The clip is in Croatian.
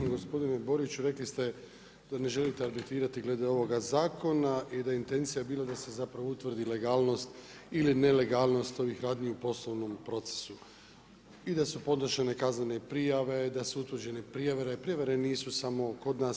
Gospodine Borić, rekli ste da ne želite arbitrirati glede ovoga zakona i da je intencija bila da se zapravo utvrdi legalnost ili nelegalnost ovih rani u poslovnom procesu i da su podnošene kaznene prijave da su utvrđene prijevare, prijevare nisu samo kod nas.